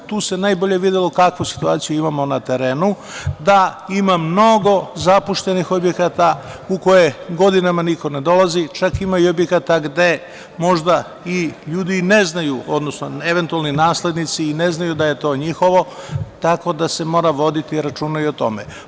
Tu se najbolje videlo kakvu situaciju imamo na terenu, ta ima mnogo zapuštenih objekata u koje godinama niko ne dolazi, čak ima i objekata gde možda i ljudi ne znaju, odnosno eventualni naslednici ne znaju da je to njihovo, tako da se mora voditi računa i o tome.